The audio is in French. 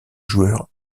joueur